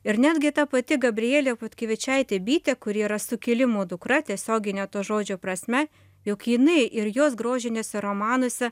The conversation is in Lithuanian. ir netgi ta pati gabrielė petkevičaitė bitė kuri yra sukilimo dukra tiesiogine to žodžio prasme jog jinai ir jos grožiniuose romanuose